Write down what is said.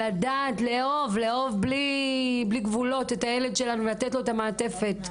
איך לדעת לאהוב בלי גבולות את הילד שלנו ולתת לו את המעטפת.